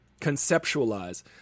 conceptualize